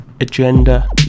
Agenda